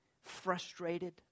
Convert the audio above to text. frustrated